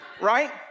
Right